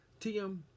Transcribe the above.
TM